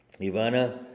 Ivana